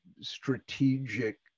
strategic